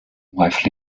wife